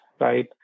right